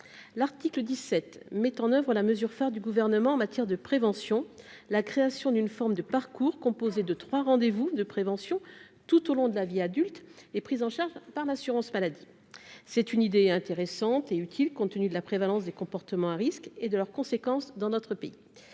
l'article 17 mettent en oeuvre à la mesure phare du gouvernement en matière de prévention, la création d'une forme de parcours composé de 3 rendez-vous de prévention tout au long de la vie adulte et pris en charge par l'assurance maladie, c'est une idée intéressante et utile, compte tenu de la prévalence des comportements à risque et de leurs conséquences dans notre pays,